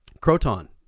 Croton